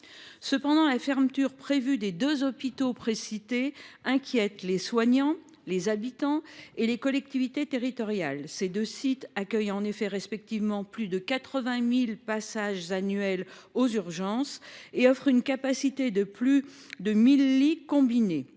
Toutefois, la fermeture prévue des deux hôpitaux précités inquiète les soignants, les habitants et les collectivités territoriales. Ces deux sites accueillent en effet plus de 80 000 passages annuels aux urgences et offrent une capacité combinée de plus de 1 000 lits. Depuis